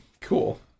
Cool